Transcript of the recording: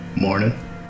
Morning